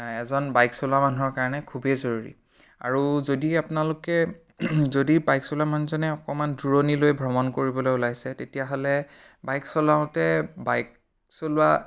এজন বাইক চলোৱা মানুহৰ কাৰণে খুবেই জৰুৰী আৰু যদিহে আপোনালোকে যদি বাইক চলোৱা মানুহজনে অকণমান দূৰণিলৈ ভ্ৰমণ কৰিবলৈ ওলাইছে তেতিয়াহ'লে বাইক চলাওঁতে বাইক চলোৱা